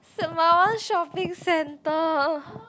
Sembawang-Shopping-Centre